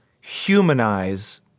humanize